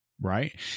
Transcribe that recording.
Right